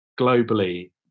globally